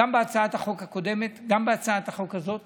גם בהצעת החוק הקודמת וגם בהצעת החוק הזאת